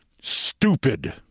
stupid